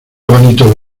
bonito